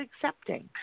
accepting